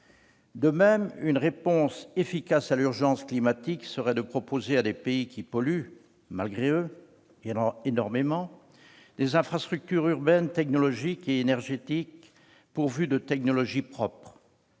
De même, une réponse efficace à l'urgence climatique serait de proposer, à des pays qui polluent malgré eux énormément, des infrastructures urbaines, technologiques et énergétiques pourvues de technologies propres.